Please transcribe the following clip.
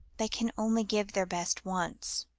they can only give their best once.